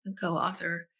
co-author